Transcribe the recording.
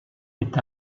est